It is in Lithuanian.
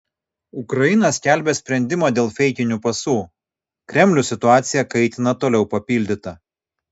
ukraina skelbia sprendimą dėl feikinių pasų kremlius situaciją kaitina toliau papildyta